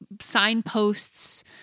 signposts